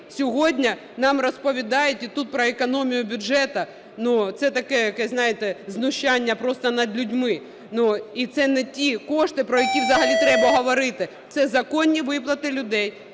сьогодні нам розповідаєте тут про економію бюджету? Це таке якесь, знаєте, знущання просто над людьми. І це не ті кошти, про які взагалі треба говорити. Це законні виплати людей,